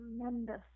Tremendous